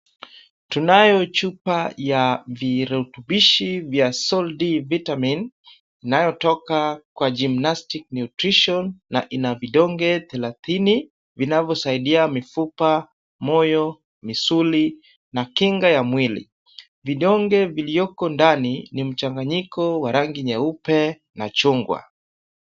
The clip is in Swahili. Tunayo chupa ya virutubishi vya Sol-D vitamin inayotoka kwa gymnastic nutrition na ina vidonge thelathini vinavyosaidia mifupa ,moyo , misuli na kinga ya mwili. Vidonge vilivyoko ndani ni mchanganyiko wa rangi nyeupe na chungwa.